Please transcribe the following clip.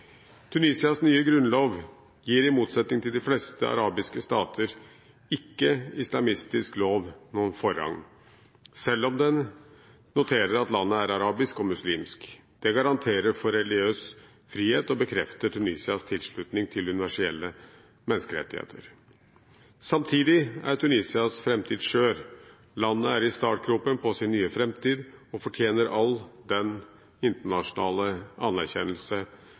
Tunisias nye grunnlov gir i motsetning til de fleste arabiske stater ikke islamistisk lov noen forrang, selv om den noterer at landet er arabisk og muslimsk. Det garanterer for religiøs frihet og bekrefter Tunisias tilslutning til universelle menneskerettigheter. Samtidig er Tunisias framtid skjør. Landet er i startgropen på sin nye framtid og fortjener all den internasjonale anerkjennelse